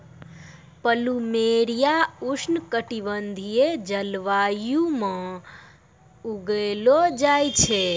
plumeria उष्ण कटिबंधीय जलवायु म उगैलो जाय छै